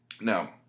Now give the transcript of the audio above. Now